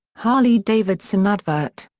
harley-davidson advert.